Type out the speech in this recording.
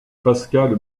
pascal